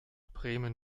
bremen